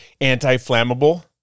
anti-flammable